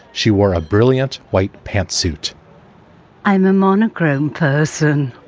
she wore a brilliant white pantsuit i'm a monogram person,